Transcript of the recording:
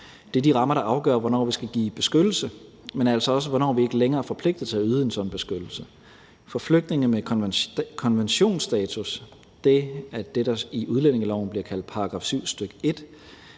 Det er de rammer, der afgør, hvornår vi skal give beskyttelse, men altså også, hvornår vi ikke længere er forpligtet til at yde en sådan beskyttelse. For flygtninge med konventionsstatus – det er det, der i udlændingeloven bliver kaldt § 7, stk. 1